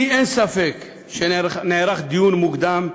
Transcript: לי אין ספק שנערך דיון מוקדם,